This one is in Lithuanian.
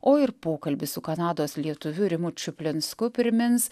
o ir pokalbis su kanados lietuviu rimu čuplinsku primins